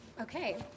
Okay